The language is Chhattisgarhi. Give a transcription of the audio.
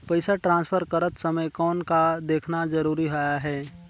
पइसा ट्रांसफर करत समय कौन का देखना ज़रूरी आहे?